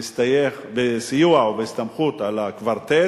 בסיוע, ובהסתמכות על הקוורטט